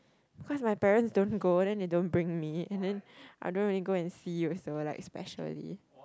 because my parent don't go then they don't bring me and then I don't really go and see also like specially